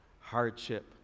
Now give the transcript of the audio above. Hardship